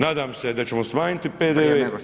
Nadam se da ćemo smanjiti PDV-e.